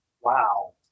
Wow